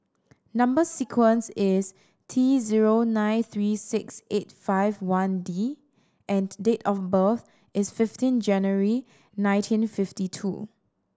number sequence is T zero nine three six eight five one D and date of birth is fifteen January nineteen fifty two